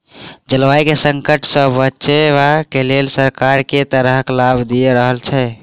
जलवायु केँ संकट सऽ बचाबै केँ लेल सरकार केँ तरहक लाभ दऽ रहल छै?